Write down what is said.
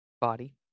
body